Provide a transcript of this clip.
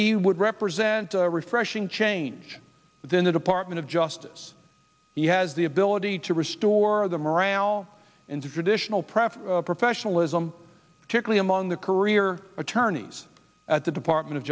he would represent a refreshing change within the department of justice he has the ability to restore the morale and traditional pref professionalism tickly among the career attorneys at the department of